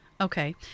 Okay